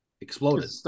exploded